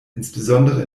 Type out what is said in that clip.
insbesondere